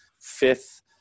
fifth